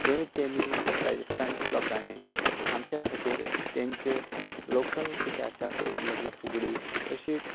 थूंय तेमी राजस्थानच्या लोकांनी आमच्या खातीर तांची लोकल किदें आसा पळय म्हटल्यार फुगडी